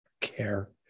care